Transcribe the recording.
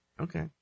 Okay